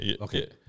Okay